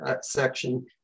section